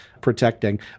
protecting